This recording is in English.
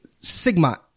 Sigma